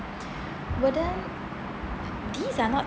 wouldn't these are not